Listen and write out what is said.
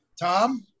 Tom